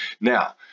Now